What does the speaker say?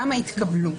כמה התקבלו.